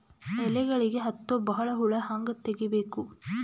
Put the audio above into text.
ಎಲೆಗಳಿಗೆ ಹತ್ತೋ ಬಹಳ ಹುಳ ಹಂಗ ತೆಗೀಬೆಕು?